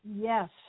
Yes